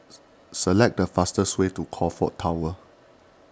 select the fastest way to Crockfords Tower